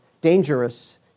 dangerous